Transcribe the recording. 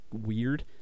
weird